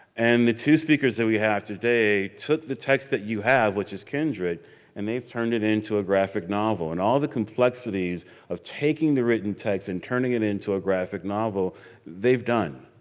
and the two speakers that we have today took the text that you have, which is kindred and they've turned it into a graphic novel. and all the complexities of taking the written text and turning it into a graphic novel they've done.